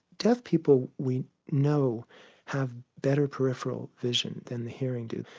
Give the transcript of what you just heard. deaf people we know have better peripheral vision than the hearing do.